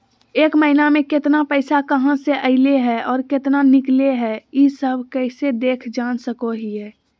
एक महीना में केतना पैसा कहा से अयले है और केतना निकले हैं, ई सब कैसे देख जान सको हियय?